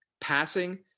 Passing